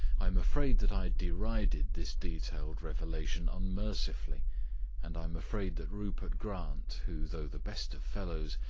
i am afraid that i derided this detailed revelation unmercifully and i am afraid that rupert grant, who, though the best of fellows,